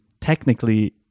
technically